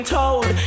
told